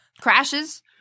crashes